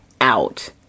out